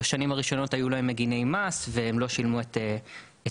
בשנים הראשונות היו להם מגני מס והם לא שילמו את ההיטל.